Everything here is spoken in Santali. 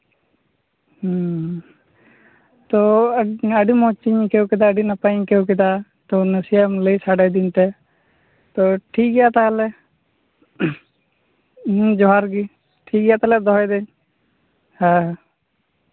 ᱦᱮᱸ ᱛᱳ ᱤᱧᱦᱚᱸ ᱟᱹᱰᱤ ᱢᱚᱡᱽ ᱤᱧ ᱟᱹᱭᱠᱟᱹᱣ ᱠᱮᱫᱟ ᱟᱹᱰᱤ ᱱᱟᱯᱟᱭᱤᱧ ᱟᱹᱭᱠᱟᱹᱣ ᱠᱮᱫᱟ ᱛᱳ ᱱᱟᱥᱮᱭᱟᱜ ᱮᱢ ᱞᱟᱹᱭ ᱥᱟᱰᱮ ᱟᱹᱫᱤᱧ ᱛᱮ ᱛᱳ ᱴᱷᱤᱠ ᱜᱮᱭᱟ ᱛᱟᱦᱞᱮ ᱦᱮᱸ ᱡᱚᱦᱟᱨᱜᱮ ᱴᱷᱤᱠᱜᱮᱭᱟ ᱛᱟᱦᱞᱮ ᱫᱚᱦᱚᱭ ᱫᱟᱹᱧ ᱦᱮᱸ